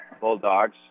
Bulldogs